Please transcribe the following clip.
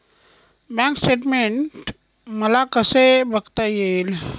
Bank statement मला कसे बघता येईल?